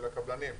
של הקבלנים.